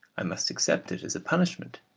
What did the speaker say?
i must accept it as a punishment,